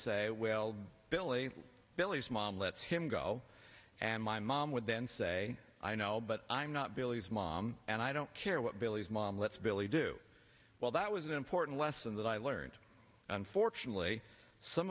say well billy billy's mom lets him go and my mom would then say i know but i'm not billy's mom and i don't care what billy's mom lets billy do well that was an important lesson that i learned unfortunately some